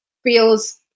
feels